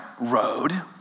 road